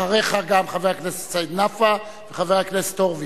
אחריך גם חבר הכנסת סעיד נפאע וחבר הכנסת הורוביץ.